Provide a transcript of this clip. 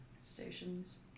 stations